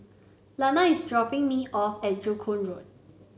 Lana is dropping me off at Joo Koon Road